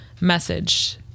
message